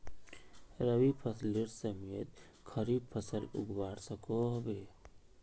रवि फसलेर समयेत खरीफ फसल उगवार सकोहो होबे?